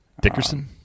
Dickerson